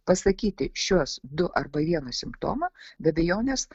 pasakyti šiuos du arba vieną simptomą be abejonės